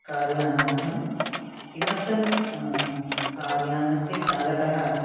कार्यानार्थम् किमर्थं कार्यानस्य चालकः